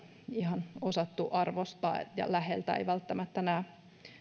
ihan osattu arvostaa läheltä ei välttämättä näe